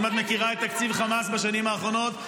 אם את מכירה את תקציב חמאס בשנים האחרונות,